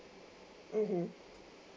mmhmm